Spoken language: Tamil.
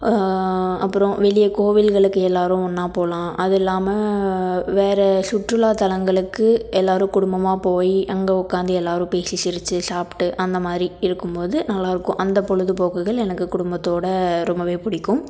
அப்புறம் வெளிய கோவில்களுக்கு எல்லோரும் ஒன்னா போகலாம் அது இல்லாமல் வேற சுற்றுலாத்தலங்களுக்கு எல்லோரும் குடும்பமாக போய் அங்கே உட்காந்து எல்லோரும் பேசி சிரித்து சாப்பிட்டு அந்த மாதிரி இருக்கும் போது நல்லாயிருக்கும் அந்த பொழுதுபோக்குகள் எனக்கு குடும்பத்தோட ரொம்பவே பிடிக்கும்